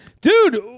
dude